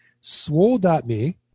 swole.me